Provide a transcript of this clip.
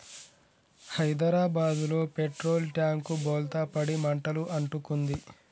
హైదరాబాదులో petrol tank బోల్తా పడి మంటలు అంటుకుంది